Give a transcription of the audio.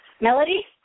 Melody